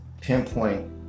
pinpoint